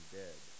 dead